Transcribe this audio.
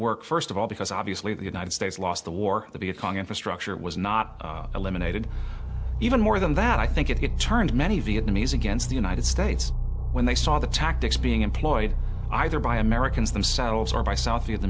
work first of all because obviously the united states lost the war to be a con infrastructure was not eliminated even more than that i think it turned many vietnamese against the united states when they saw the tactics being employed either by americans themselves or by south